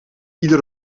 ieder